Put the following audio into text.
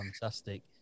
fantastic